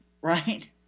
right